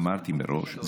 אמרתי מראש,